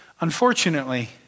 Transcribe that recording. Unfortunately